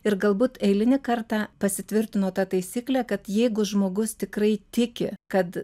ir galbūt eilinį kartą pasitvirtino ta taisyklė kad jeigu žmogus tikrai tiki kad